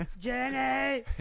Jenny